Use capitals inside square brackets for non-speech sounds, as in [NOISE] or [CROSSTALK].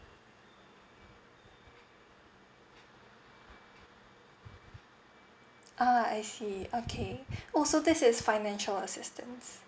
ah I see okay [BREATH] also this is financial assistance